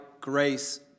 grace